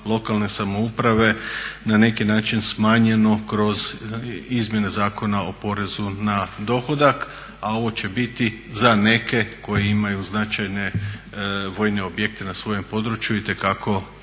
lokalne samouprave na neki način smanjeno kroz izmjene Zakona o porezu na dohodak. A ovo će biti za neke koji imaju značajne vojne objekte na svojem području itekako